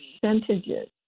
percentages